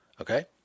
Okay